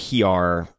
PR